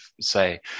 say